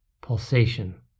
pulsation